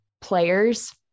players